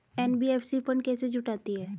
NBFC fund कैसे जुटाती है?